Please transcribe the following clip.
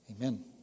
Amen